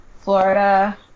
Florida